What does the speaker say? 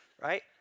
right